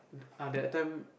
ah that time